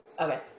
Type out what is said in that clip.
okay